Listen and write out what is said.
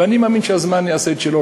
אני מאמין שהזמן יעשה את שלו.